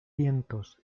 cientos